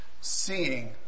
seeing